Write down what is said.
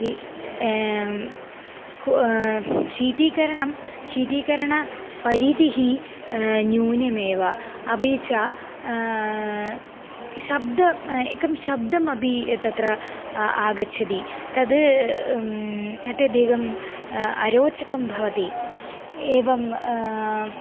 कू शीतकरणं शीतकरणपरिमितिः न्यूनेमेव अपि च शब्दं एकं शब्दम् अपि तत्र आगच्छति तत् अत्यधिकम् अरोचकं भवति एवं